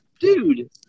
Dude